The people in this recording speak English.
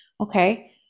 okay